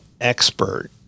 expert